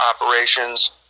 operations